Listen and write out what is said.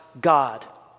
God